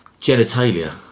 Genitalia